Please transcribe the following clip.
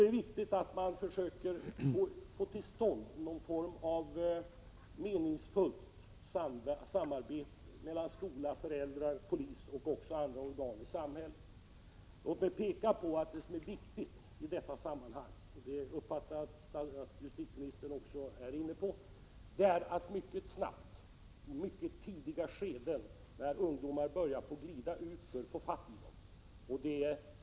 Det är viktigt att försöka få till stånd någon form av meningsfullt samarbete mellan skola, föräldrar, polis och andra organ i samhället. Låt mig peka på att det är viktigt i detta sammanhang — jag har uppfattat att justitieministern också är inne på den linjen — att försöka få fatt i ungdomarna i mycket tidiga skeden, när de börjar glida utför.